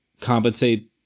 compensate